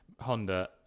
Honda